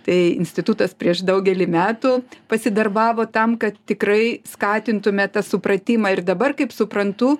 tai institutas prieš daugelį metų pasidarbavo tam kad tikrai skatintume tą supratimą ir dabar kaip suprantu